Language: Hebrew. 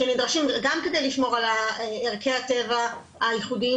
שנדרשים גם כדי לשמור על ערכי הטבע הייחודיים